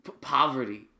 poverty